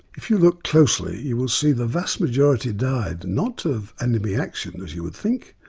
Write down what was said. if you look closely you will see the vast majority died, not of enemy action as you would think,